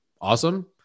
awesome